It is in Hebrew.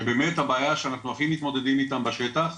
שבאמת הבעיה שאנחנו הכי מתמודדים איתה בשטח,